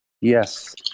Yes